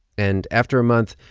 and after a month,